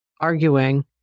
arguing